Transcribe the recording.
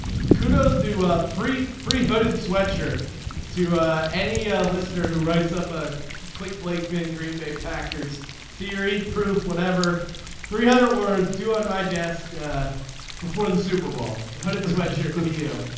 kudos do. free free hooded sweatshirt to any listener who writes up a cleat blakeman in green bay packers theory proof whatever three hundred words do on my desk before the super bowl. hooded sweatshirt do you